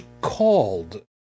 called